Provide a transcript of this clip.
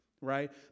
Right